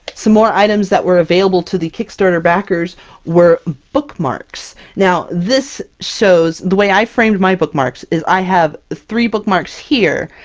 some more items that were available to the kickstarter backers were bookmarks. now, this shows the way i framed my bookmarks, is i have three bookmarks here,